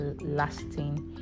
lasting